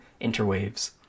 interwaves